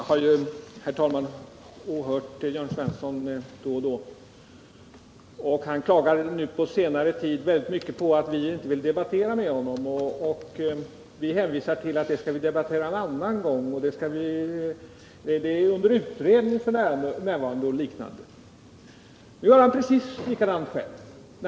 Herr talman! Jag har åhört Jörn Svenssons anföranden då och då. På senare tid har han klagat mycket över att vi inte vill debattera med honom. Han säger att vi hänvisar till pågående utredningar och att vi skall diskutera det eller det en annan gång. Men nu gör han precis likadant själv.